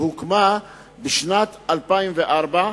שהוקמה בשנת 2004,